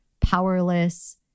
powerless